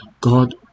God